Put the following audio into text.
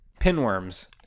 Pinworms